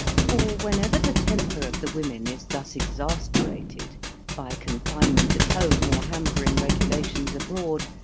for whenever the temper of the women is thus exasperated by con finement at home or hampering regulations abroad,